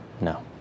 no